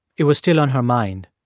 it was still on her mind.